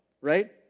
right